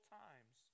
times